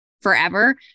forever